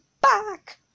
back